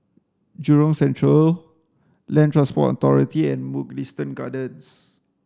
Jurong Central Land Transport Authority and Mugliston Gardens